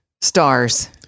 stars